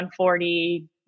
140